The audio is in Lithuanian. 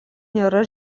nėra